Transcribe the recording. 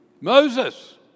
Moses